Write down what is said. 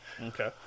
Okay